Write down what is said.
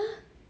ha